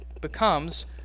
becomes